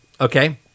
okay